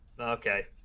Okay